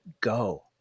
go